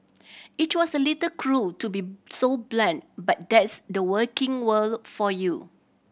it was a little cruel to be so blunt but that's the working world for you